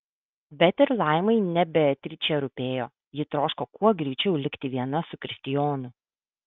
bet ir laimai ne beatričė rūpėjo ji troško kuo greičiau likti viena su kristijonu